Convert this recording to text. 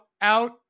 out